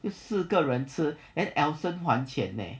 有四个人吃 and elson 还钱 leh